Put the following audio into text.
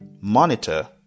monitor